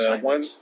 One